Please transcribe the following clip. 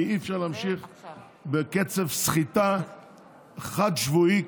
כי אי-אפשר להמשיך בקצב סחיטה חד-שבועי,